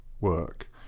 work